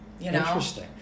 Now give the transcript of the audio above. interesting